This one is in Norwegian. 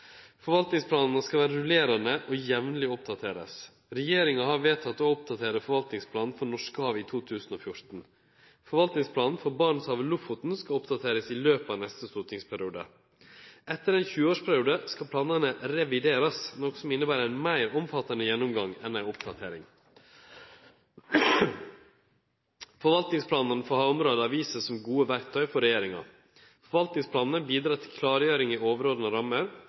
Forvaltningsplanane skal vere rullerande og oppdaterast jamleg. Regjeringa har vedteke å oppdatere forvaltningsplanen for norske hav i 2014. Forvaltningsplanen for Barentshavet–Lofoten skal oppdaterast i løpet av neste stortingsperiode. Etter ein 20-årsperiode skal planane reviderast, noko som inneber ein meir omfattande gjennomgang enn ei oppdatering. Forvaltningsplanane for havområda har vist seg som gode verktøy for regjeringa. Forvaltningsplanane bidreg til klargjering i